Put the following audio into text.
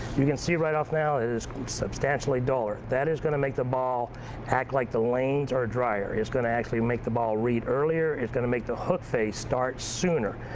you can see right off, now, it is substantially duller. that is going to make the ball act like the lanes are dryer. it's going to actually make the ball read earlier. it's going to make the hook phase start sooner.